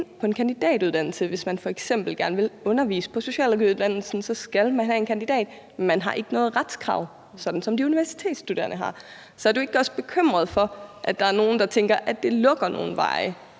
ind på en kandidatuddannelse. Hvis man f.eks. gerne vil undervise på socialrådgiveruddannelsen, skal man have en kandidat. Man har ikke noget retskrav, sådan som de universitetsstuderende har. Så er du ikke også bekymret for, at der er nogle, der tænker, at det lukker nogle veje